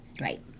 right